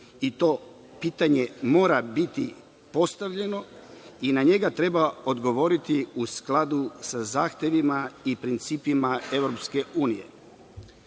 i to pitanje mora biti postavljeno i na njega treba odgovoriti u skladu sa zahtevima i principima EU.